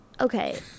okay